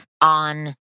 on